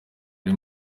ari